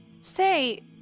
Say